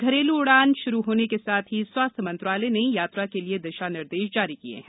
घरेलू उड़ान श्रू होने के साथ ही स्वास्थ्य मंत्रालय ने यात्रा के लिए दिशा निर्देश जारी किए हैं